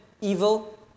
evil